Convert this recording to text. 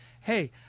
Hey